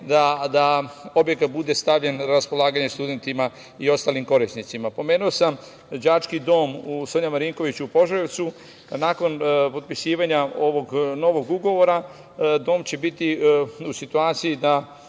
da objekat bude stavljen na raspolaganje studentima i ostalim korisnicima. Pomenuo sam đački dom u „Sonja Marinkoviću“ u Požarevcu. Nakon popisivanja ovog novog ugovora dom će biti u situaciji da